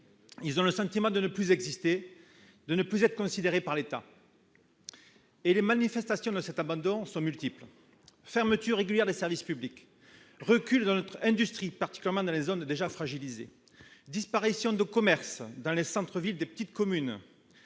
qui ont le sentiment de ne plus exister, de ne plus être considérés par lui. Les manifestations de cet abandon sont multiples : fermetures régulières de services publics, recul de notre industrie, particulièrement dans les zones déjà fragilisées, disparition de commerces dans les centres-villes des petites communes,